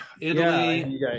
italy